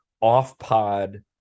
off-pod